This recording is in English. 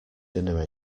dinner